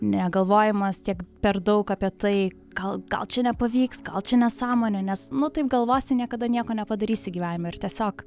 negalvojimas tiek per daug apie tai gal gal čia nepavyks gal čia nesąmonė nes nu taip galvosi niekada nieko nepadarysi gyvenime ir tiesiog